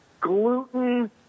gluten